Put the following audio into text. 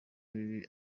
bibi